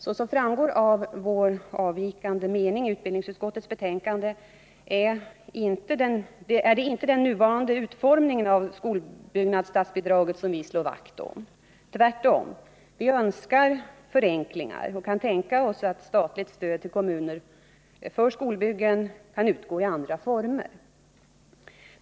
Såsom framgår av den avvikande mening vi avgivit till utbildningsutskottets betänkande är det inte den nuvarande utformningen av skolbyggnadsstatsbidraget vi slår vakt om — tvärtom. Vi önskar förenklingar och kan tänka oss att statligt stöd till kommunerna för skolbyggen kan utgå i andra former.